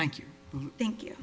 thank you thank you